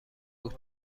بود